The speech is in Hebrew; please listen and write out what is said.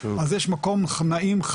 אז יש מקום נעים,